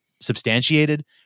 substantiated